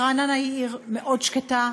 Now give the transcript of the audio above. כי רעננה היא עיר מאוד שקטה,